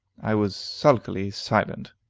i was sulkily silent.